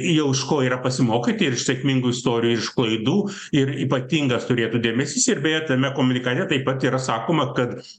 jau iš ko yra pasimokyti iš sėkmingų istorijų iš klaidų ir ypatingas turėtų dėmesys ir beje tame komunikate taip pat yra sakoma kad